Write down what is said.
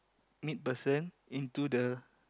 mid person into the